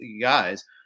guys